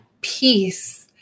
peace